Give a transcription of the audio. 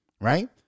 right